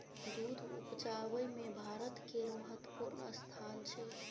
दूध उपजाबै मे भारत केर महत्वपूर्ण स्थान छै